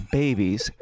babies